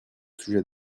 sujet